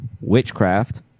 Witchcraft